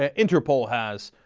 ah interpol has.